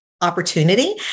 opportunity